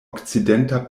okcidenta